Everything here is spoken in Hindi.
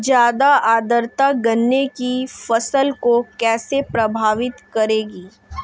ज़्यादा आर्द्रता गन्ने की फसल को कैसे प्रभावित करेगी?